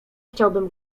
chciałbym